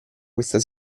questa